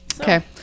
okay